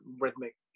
rhythmic